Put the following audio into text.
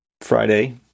Friday